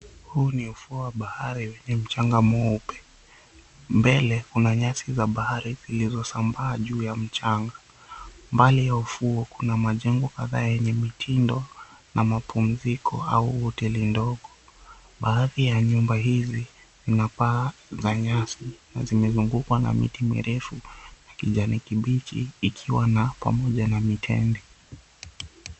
Huu ni ufuo wa bahari wenye mchanga mweupe, mbele kuna nyasi za bahari zilizosambaa juu ya mchanga, mbali ya ufuo kuna majengo kadhaa yenye mitindo na mapumziko au hoteli ndogo. Baadhi ya nyumba hizi zina paa za nyasi na zimezungukwa na miti mirefu yakijani kibichi ikiwa na pamoja na mitende.